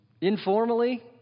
informally